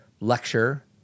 lecture